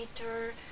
later